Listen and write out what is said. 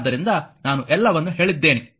ಆದ್ದರಿಂದ ನಾನು ಎಲ್ಲವನ್ನೂ ಹೇಳಿದ್ದೇನೆ